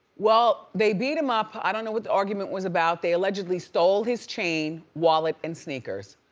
well, they beat him up. i don't know what the argument was about, they allegedly stole his chain, wallet and sneakers.